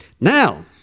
Now